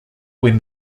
when